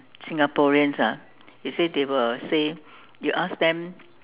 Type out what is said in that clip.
Singaporeans ah he say they will say you ask them